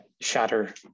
shatter